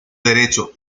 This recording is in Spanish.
derecho